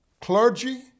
clergy